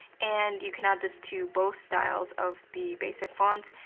and you can add this to both styles of the basic fonts,